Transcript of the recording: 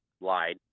lied